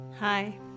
Hi